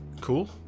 Cool